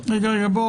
יש פה